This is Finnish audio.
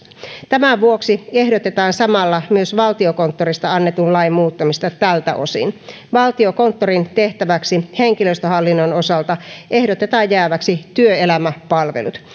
tämän vuoksi ehdotetaan samalla myös valtiokonttorista annetun lain muuttamista tältä osin valtiokonttorin tehtäväksi henkilöstöhallinnon osalta ehdotetaan jääväksi työelämäpalvelut